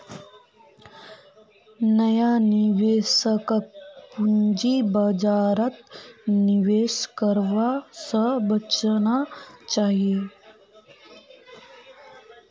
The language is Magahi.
नया निवेशकक पूंजी बाजारत निवेश करवा स बचना चाहिए